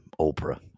Oprah